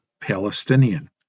Palestinian